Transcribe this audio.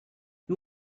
you